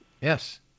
Yes